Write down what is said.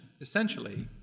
essentially